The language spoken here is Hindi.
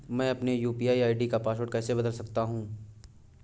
मैं अपने यू.पी.आई का पासवर्ड कैसे बदल सकता हूँ?